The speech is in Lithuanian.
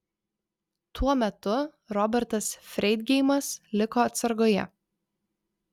tuo metu robertas freidgeimas liko atsargoje